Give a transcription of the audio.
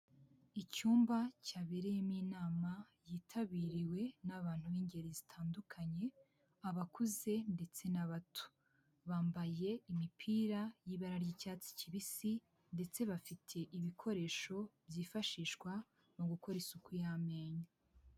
Icyumba cyabereyemo inama, yitabiriwe n'abantu b'ingeri zitandukanye, abakuze ndetse n'abato, bambaye imipira y'ibara ry'icyatsi kibisi ndetse bafite ibikoresho byifashishwa mu gukora isuku y'amenyo.